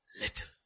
little